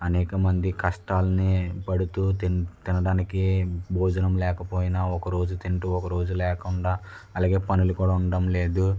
అనేకమంది కష్టాలని పడుతూ తినడానికి భోజనం లేకపోయినా ఒక రోజు తింటూ ఒకరోజు లేకుండా అలాగే పనులు కూడా ఉండడం లేదు